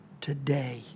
today